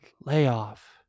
layoff